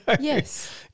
Yes